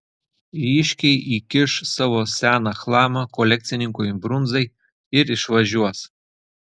ryškiai įkiš savo seną chlamą kolekcininkui brunzai ir išvažiuos